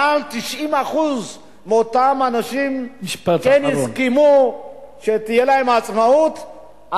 מעל 90% מהאנשים הסכימו שתהיה להם עצמאות,